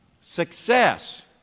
Success